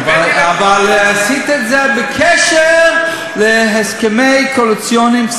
אבל עשית את זה בקשר להסכמים קואליציוניים,